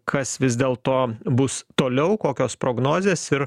kas vis dėlto bus toliau kokios prognozės ir